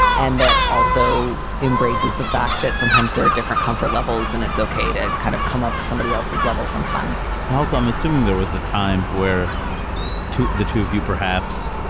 and that also embraces the fact that sometimes there are different comfort levels and it's ok to kind of come up to somebody else's level sometimes and also, i'm assuming there was a time where to the two of you, perhaps.